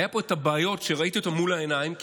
היו פה הבעיות שראיתי מול העיניים,